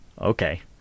okay